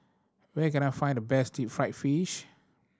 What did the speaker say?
where can I find the best deep fried fish